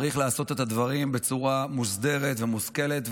צריך לעשות את הדברים בצורה מוסדרת ומושכלת,